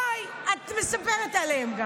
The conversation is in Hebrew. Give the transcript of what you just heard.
בואי, את גם מספרת עליהם.